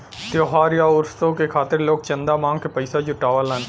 त्योहार या उत्सव के खातिर लोग चंदा मांग के पइसा जुटावलन